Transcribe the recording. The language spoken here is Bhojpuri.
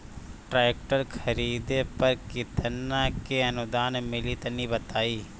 ट्रैक्टर खरीदे पर कितना के अनुदान मिली तनि बताई?